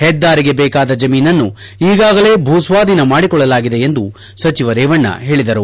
ಹೆದ್ದಾರಿಗೆ ಬೇಕಾದ ಜಮೀನನ್ನು ಈಗಾಗಲೇ ಭೂಸ್ವಾಧೀನ ಮಾಡಿಕೊಳ್ಳಾಗಿದೆ ಎಂದು ಸಚಿವ ರೇವಣ್ಣ ಹೇಳಿದರು